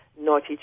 naughty